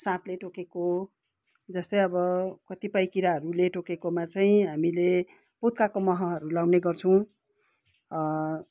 साँपले टोकेको जस्तै अब कतिपय किराहरूले टोकेकोमा चाहिँ हामीले पुत्काको महहरू लगाउने गर्छौँ